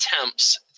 attempts